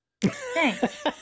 Thanks